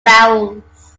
barrels